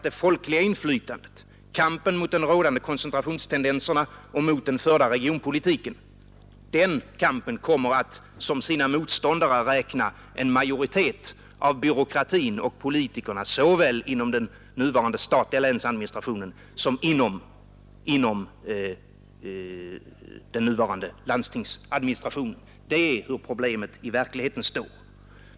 Det folkliga inflytandet, kampen mot koncentrationstendenserna och mot den förda regionpolitiken kommet att som sina motståndare räkna en majoritet av byråkratin och politikerna såväl inom den nuvarande statliga länsadministrationen som inom den nuvarande landstingsadministrationen. Det är så problemet i verkligheten ser ut.